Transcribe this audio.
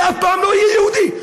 אני אף פעם לא אהיה יהודי.